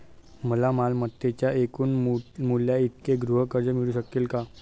मला मालमत्तेच्या एकूण मूल्याइतके गृहकर्ज मिळू शकेल का?